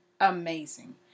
amazing